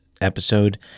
episode